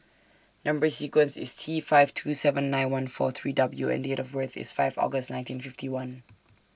Number sequence IS T five two seven nine one four three W and Date of birth IS five August nineteen fifty one